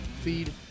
feed